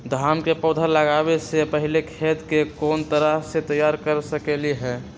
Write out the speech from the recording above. धान के पौधा लगाबे से पहिले खेत के कोन तरह से तैयार कर सकली ह?